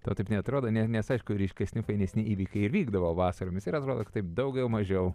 tau taip neatrodo ne nes aišku ryškesni fainesni įvykiai ir vykdavo vasaromis ir atrodo taip daugiau mažiau